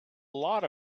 lot